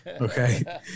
Okay